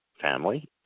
family